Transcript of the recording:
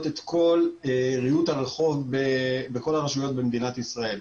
את כל ריהוט הרחוב בכל הרשויות במדינת ישראל.